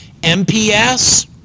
MPS